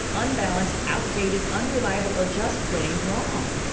unbalanced, outdated, unreliable or just plain wrong.